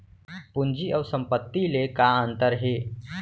पूंजी अऊ संपत्ति ले का अंतर हे?